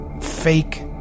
fake